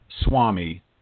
swami